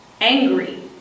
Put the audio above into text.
angry